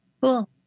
cool